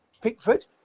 Pickford